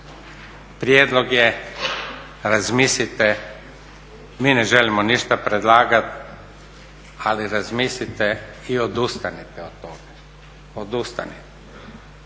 Prijedlog je razmislite, mi ne želimo ništa predlagati, ali razmislite i odustanite od toga, odustanite.